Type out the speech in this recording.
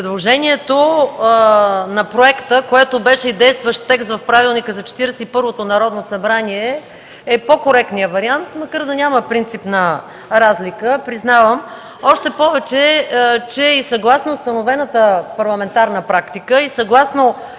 Предложението на проекта, което беше и действащ текст в Правилника за 41-то Народно събрание, е по-коректният вариант, макар да няма принципна разлика, признавам. Още повече, че съгласно установената парламентарна практика и съгласно